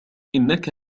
إنك